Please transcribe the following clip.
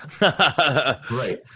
Right